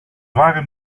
zware